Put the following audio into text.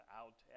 out